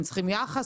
הם צריכים יחס,